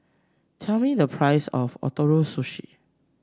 tell me the price of Ootoro Sushi